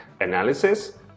analysis